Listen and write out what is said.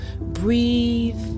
breathe